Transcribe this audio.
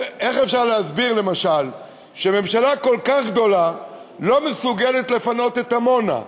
איך אפשר להסביר למשל שממשלה כל כך גדולה לא מסוגלת לפנות את עמונה?